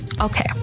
Okay